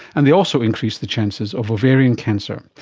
and they also increase the chances of ovarian cancer.